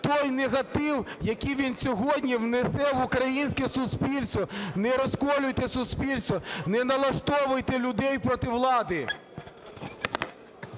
той негатив, який він сьогодні внесе в українське суспільство. Не розколюйте суспільство, не налаштовуйте людей проти влади.